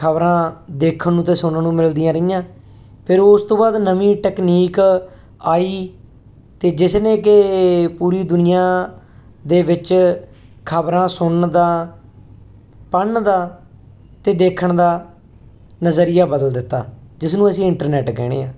ਖਬਰਾਂ ਦੇਖਣ ਨੂੰ ਤੇ ਸੁਣਨ ਨੂੰ ਮਿਲਦੀਆਂ ਰਹੀਆਂ ਫਿਰ ਉਸ ਤੋਂ ਬਾਅਦ ਨਵੀਂ ਟਕਨੀਕ ਆਈ ਤੇ ਜਿਸ ਨੇ ਕਿ ਪੂਰੀ ਦੁਨੀਆ ਦੇ ਵਿੱਚ ਖਬਰਾਂ ਸੁਣਨ ਦਾ ਪੜਨ ਦਾ ਤੇ ਦੇਖਣ ਦਾ ਨਜ਼ਰੀਆ ਬਦਲ ਦਿੱਤਾ ਜਿਸਨੂੰ ਅਸੀਂ ਇੰਟਰਨੈਟ ਕਹਿੰਣੇ ਆ